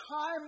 time